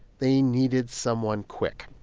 they needed someone quick.